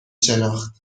شناخت